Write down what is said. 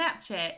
Snapchat